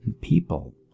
People